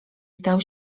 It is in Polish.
stał